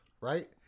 Right